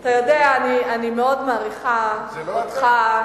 אתה יודע, אני מאוד מעריכה אותך,